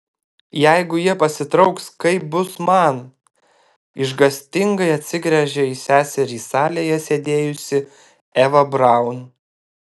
jeigu jie pasitrauks kaip bus man išgąstingai atsigręžia į seserį salėje sėdėjusi eva braun